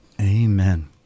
Amen